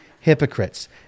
hypocrites